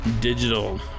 digital